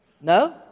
no